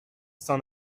saint